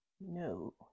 No